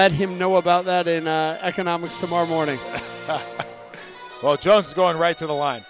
let him know about that in economics tomorrow morning well just going right to the line